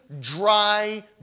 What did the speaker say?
dry